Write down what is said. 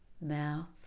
mouth